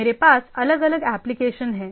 मेरे पास अलग अलग एप्लिकेशन हैं